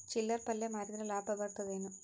ಚಿಲ್ಲರ್ ಪಲ್ಯ ಮಾರಿದ್ರ ಲಾಭ ಬರತದ ಏನು?